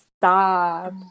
stop